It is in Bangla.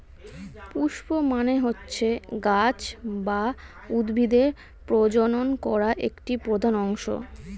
পুস্প মানে হচ্ছে গাছ বা উদ্ভিদের প্রজনন করা একটি প্রধান অংশ